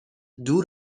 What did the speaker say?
دور